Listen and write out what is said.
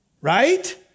Right